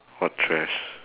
what trash